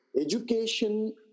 education